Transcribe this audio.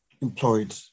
employed